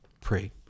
Pray